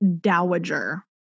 dowager